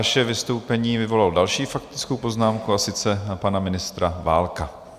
Vaše vystoupení vyvolalo další faktickou poznámku, a sice pana ministra Válka.